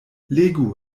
legu